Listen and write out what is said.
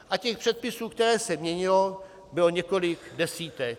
A těch předpisů, které se měnily, bylo několik desítek.